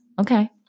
Okay